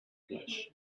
flesh